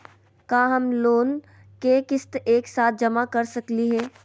का हम लोन के किस्त एक साथ जमा कर सकली हे?